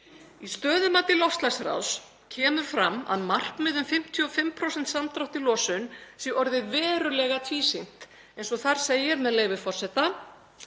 Í stöðumati loftslagsráðs kemur fram að markmiðið um 55% samdrátt í losun sé orðið verulega tvísýnt eða eins og þar segir, með leyfi forseta: